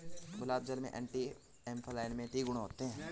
गुलाब जल में anti inflammatory गुण होते हैं